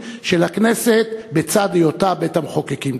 של הכנסת בצד היותה בית-המחוקקים.